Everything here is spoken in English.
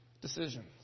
decisions